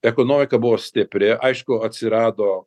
ekonomika buvo stipri aišku atsirado